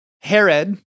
Herod